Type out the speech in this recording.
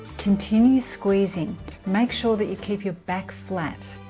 continue squeezing make sure that you keep your back flat